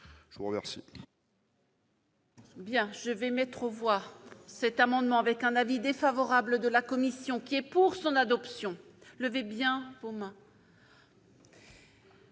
Je vous remercie